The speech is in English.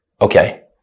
Okay